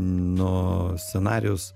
nu scenarijus